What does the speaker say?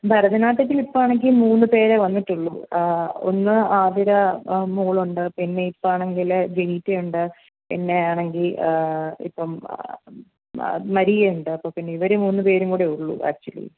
ഭരതനാട്യത്തിനിപ്പം ആണെങ്കിൽ മൂന്ന് പേരെ വന്നിട്ടുള്ളൂ ഒന്ന് ആതിര മോളുണ്ട് പിന്നെ ഇപ്പോൾ ആണെങ്കിൽ ബെനീറ്റയുണ്ട് പിന്നെ ആണെങ്കിൽ ഇപ്പം മരിയയുണ്ട് അപ്പം പിന്നെ ഇവർ മൂന്ന് പേരും കൂടെ ഉള്ളൂ ആക്ച്വലി